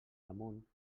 damunt